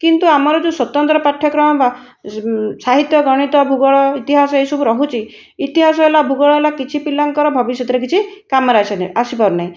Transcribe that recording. କିନ୍ତୁ ଆମର ଯୋଉ ସ୍ଵତନ୍ତ୍ର ପାଠ୍ୟକ୍ରମ ବା ସାହିତ୍ୟ ଗଣିତ ଭୂଗୋଳ ଇତିହାସ ଏହି ସବୁ ରହୁଛି ଇତିହାସ ହେଲା ଭୂଗୋଳ ହେଲା କିଛି ପିଲାଙ୍କର ଭବିଷ୍ୟତରେ କିଛି କାମରେ ଆସେ ନାହିଁ ଆସିପାରୁ ନାହିଁ